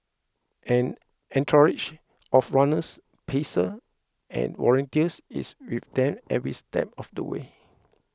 an entourage of runners pacer and volunteers is with them every step of the way